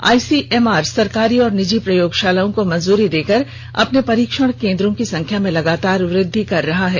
ICMR सरकारी और निजी प्रयोगशालाओं को मंजूरी देकर अपने परीक्षण केन्द्रों की संख्या में लगातार वृद्धि कर रहा है